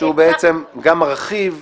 שהוא בעצם גם מרחיב ---- בדיוק.